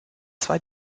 zwei